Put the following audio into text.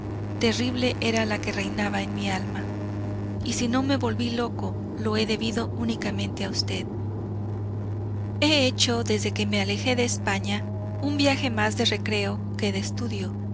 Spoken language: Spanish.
terrible era la que reinaba en mi alma y si no me volví loco lo he debido únicamente a usted he hecho desde que me alejé de españa un viaje más de recreo que de estudio